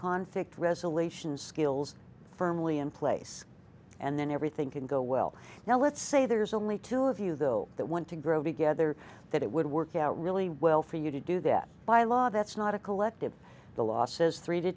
conflict resolution skills firmly in place and then everything can go well now let's say there's only two of you though that want to grow together that it would work out really well for you to do that by law that's not a collective the law says three to